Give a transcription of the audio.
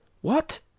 What